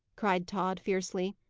cried tod, fiercely.